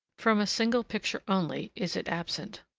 from a single picture only, is it absent.